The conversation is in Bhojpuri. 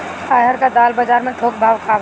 अरहर क दाल बजार में थोक भाव का बा?